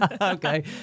Okay